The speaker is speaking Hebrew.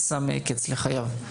שם קץ לחייו.